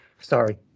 Sorry